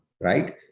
right